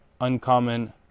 Uncommon